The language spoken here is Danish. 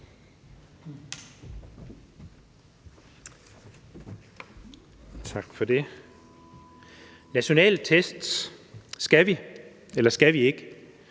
Tak for det. Nationale test? Skal vi, eller skal vi ikke?